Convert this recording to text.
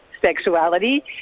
sexuality